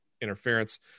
interference